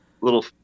little